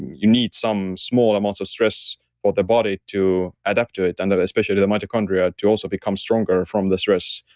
you need some small amounts of stress for the body to adapt to it, and especially the mitochondria to also become stronger from the stress.